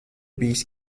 bijis